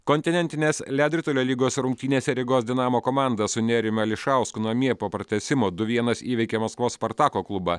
kontinentinės ledritulio lygos rungtynėse rygos dinamo komanda su nerijum ališausku namie po pratęsimo du vienas įveikė maskvos spartako klubą